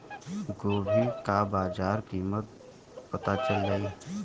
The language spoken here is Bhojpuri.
गोभी का बाजार कीमत पता चल जाई?